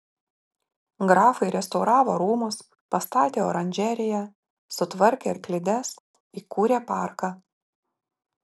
grafai restauravo rūmus pastatė oranžeriją sutvarkė arklides įkūrė parką